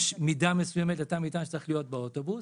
יש מידה מסוימת לתא המטען שצריך להיות באוטובוס,